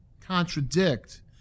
contradict